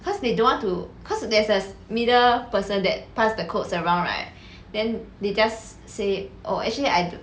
cause they don't want to cause there's a middle person that pass the codes around right then they just say oh actually I